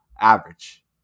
average